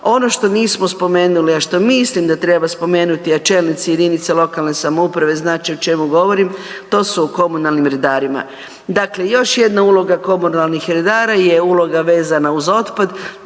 ono što nismo spomenuli, a što mislim da treba spomenuti, a čelnici jedinica lokalne samouprave znat će o čemu govorim to su o komunalnim redarima. Dakle, još jedna uloga komunalnih redara je uloga vezana uz otpad.